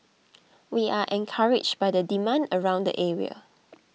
we are encouraged by the demand around the area